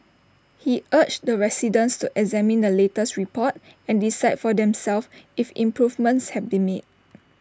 he urged residents to examine the latest report and decide for themselves if improvements have been made